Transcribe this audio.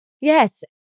Yes